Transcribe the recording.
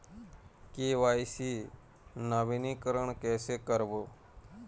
KYC नवीनीकरण कैसे करबो?